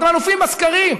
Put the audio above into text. אתם אלופים בסקרים.